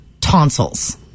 tonsils